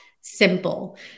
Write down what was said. simple